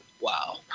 wow